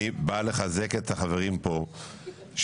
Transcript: אני בא לחזק את החברים פה שמבקשים,